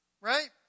right